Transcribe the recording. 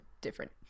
different